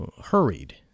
hurried